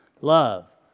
Love